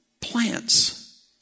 plants